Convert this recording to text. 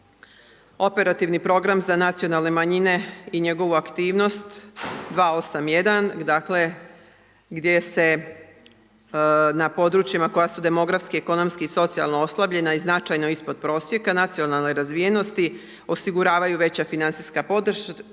operativni program za nacionalne manjine i njegovu aktivnost 281 dakle gdje se na područjima koja su demografski, ekonomski i socijalno oslabljena i značajno ispod prosjeka nacionalne razvijenosti osiguravaju veća financijska podrška